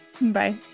bye